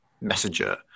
Messenger